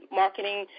marketing